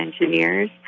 engineers